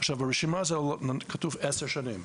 ברשימה כתוב עשר שנים.